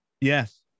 Yes